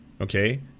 okay